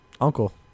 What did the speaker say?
uncle